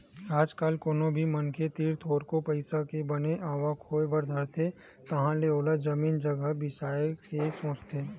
आज कल कोनो भी मनखे तीर थोरको पइसा के बने आवक होय बर धरथे तहाले ओहा जमीन जघा बिसाय के सोचथे